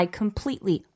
completely